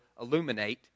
illuminate